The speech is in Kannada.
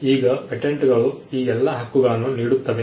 ಈಗ ಪೇಟೆಂಟ್ಗಳು ಈ ಎಲ್ಲಾ ಹಕ್ಕುಗಳನ್ನು ನೀಡುತ್ತವೆ